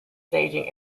staging